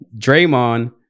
Draymond